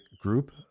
group